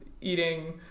eating